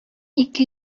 ике